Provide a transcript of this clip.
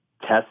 test